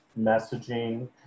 messaging